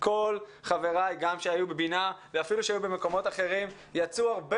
כל חבריי גם שהיו בבינ"ה ואפילו שהיו במקומות אחרים יצאו הרבה